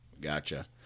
gotcha